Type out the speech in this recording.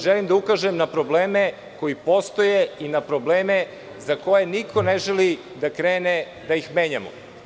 Želim da ukažem na probleme koji postoje i probleme za koje niko ne želi da krene da ih menjamo.